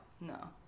no